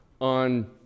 on